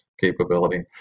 capability